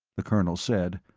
the colonel said,